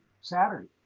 Saturday